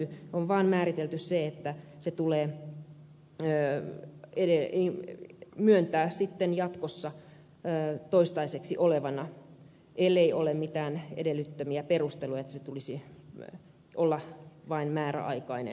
on vain määritelty se että se tulee myöntää sitten jatkossa toistaiseksi voimassa olevana ellei ole mitään lain edellyttämiä perusteluja että sen tulisi olla vain määräaikainen